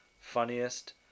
funniest